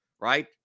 Right